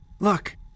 Look